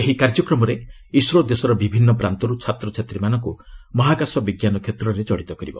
ଏହି କାର୍ଯ୍ୟକ୍ରମରେ ଇସ୍ରୋ ଦେଶର ବିଭିନ୍ନ ପ୍ରାନ୍ତରୁ ଛାତ୍ରଛାତ୍ରୀମାନଙ୍କୁ ମହାକାଶ ବିଜ୍ଞାନ କ୍ଷେତ୍ରରେ କଡିତ କରିବ